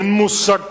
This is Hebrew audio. אין מושג כזה.